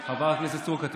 חברת הכנסת סטרוק,